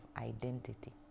identity